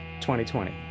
2020